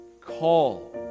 call